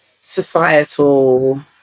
societal